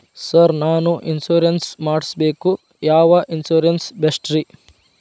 Sir ನಾನು insurance ಮಾಡಿಸಬೇಕು ಯಾವ ಇನ್ಶೂರೆನ್ಸ್ ಬೆಸ್ಟ್ರಿ?